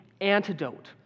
antidote